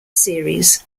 series